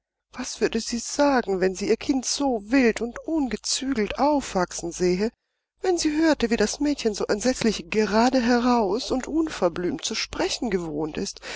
was würde sie sagen wenn sie ihr kind so wild und ungezügelt aufwachsen sähe wenn sie hörte wie das mädchen so entsetzlich geradeheraus und unverblümt zu sprechen gewohnt ist